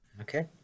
Okay